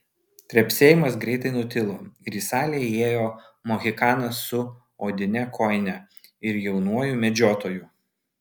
trepsėjimas greitai nutilo ir į salę įėjo mohikanas su odine kojine ir jaunuoju medžiotoju